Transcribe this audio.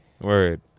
word